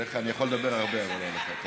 עליך אני יכול לדבר הרבה, אבל לא עליך.